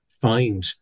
find